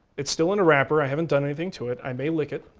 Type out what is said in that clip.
it's still in a wrapper, i haven't done anything to it, i may lick it,